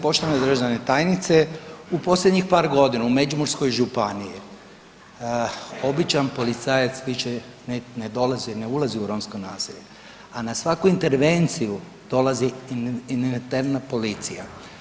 Poštovana državna tajnice, u posljednjih par godina u Međimurskoj županiji običan policajac više ne dolazi i ne ulazi u romska naselja a na svaku intervenciju, dolazi interventna policija.